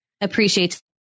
appreciates